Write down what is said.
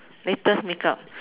latest makeup